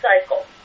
cycle